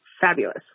fabulous